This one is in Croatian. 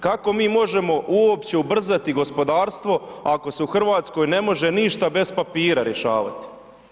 Kako mi možemo uopće ubrzati gospodarstvo ako se u RH ne može ništa bez papira rješavati?